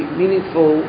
meaningful